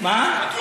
לא.